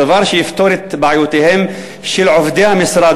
דבר שיפתור את בעיותיהם של עובדי המשרד